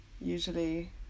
usually